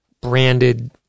branded